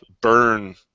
burn